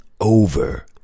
over